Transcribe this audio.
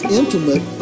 intimate